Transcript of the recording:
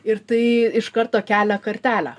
ir tai iš karto kelia kartelę